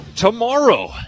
Tomorrow